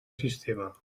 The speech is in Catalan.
sistema